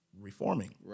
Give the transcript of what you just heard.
reforming